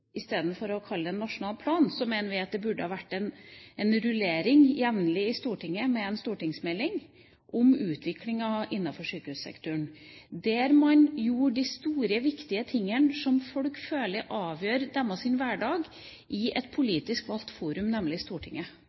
å kalle det en nasjonal plan, burde det være en jevnlig rullering i Stortinget med en stortingsmelding om utviklingen innenfor sykehussektoren. Der må en jorde de store viktige tingene som folk føler avgjør deres hverdag, i et politisk valgt forum, nemlig i Stortinget.